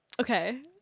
okay